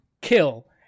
kill